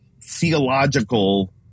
theological